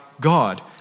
God